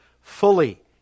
fully